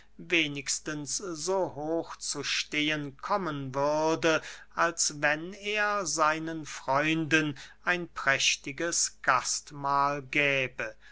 wenigstens so hoch zu stehen kommen würde als wenn er seinen freunden ein prächtiges gastmahl gäbe